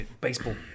Baseball